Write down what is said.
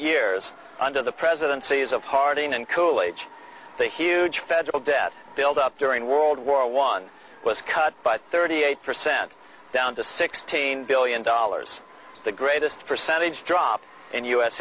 years under the president sees of harding and coolidge the huge federal debt build up during world war one was cut by thirty eight percent down to sixteen billion dollars the greatest percentage drop in u